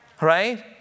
Right